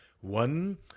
One